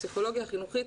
הפסיכולוגיה החינוכית,